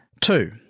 Two